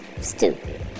Stupid